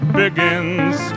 begins